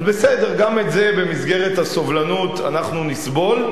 אז בסדר, גם את זה במסגרת הסובלנות אנחנו נסבול.